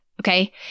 Okay